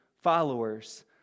followers